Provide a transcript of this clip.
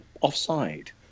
offside